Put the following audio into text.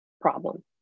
problem